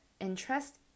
interest